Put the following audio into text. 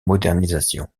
modernisation